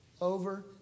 over